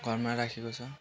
घरमा राखेको छ